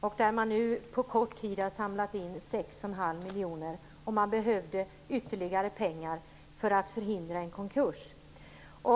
Nu har man på kort tid samlat in 6 1⁄2 miljoner, men man behövde ytterligare pengar för att förhindra en konkurs.